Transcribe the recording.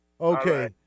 Okay